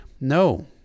No